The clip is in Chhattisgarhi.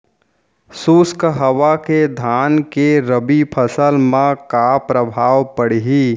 शुष्क हवा के धान के रबि फसल मा का प्रभाव पड़ही?